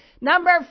Number